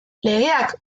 legeak